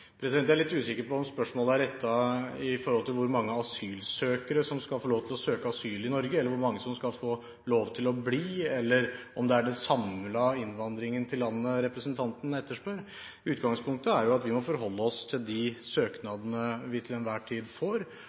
Jeg er litt usikker på om spørsmålet er rettet i forhold til hvor mange asylsøkere som skal få lov til å søke asyl i Norge, hvor mange som skal få lov til å bli, eller om det er den samlede innvandringen til landet representanten etterspør. Utgangspunktet er at vi må forholde oss til de søknadene vi til enhver tid får,